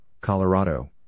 Colorado